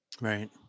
Right